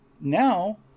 now